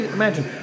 imagine